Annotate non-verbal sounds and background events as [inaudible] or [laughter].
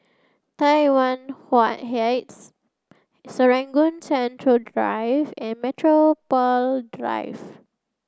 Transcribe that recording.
Tai Yuan [unintelligible] Heights Serangoon Central Drive and Metropole Drive